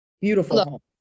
beautiful